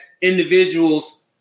individuals